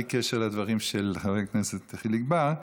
בלי קשר לדברים של חבר הכנסת חיליק בר,